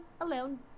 alone